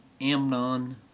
Amnon